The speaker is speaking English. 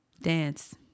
dance